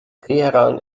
teheran